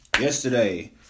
Yesterday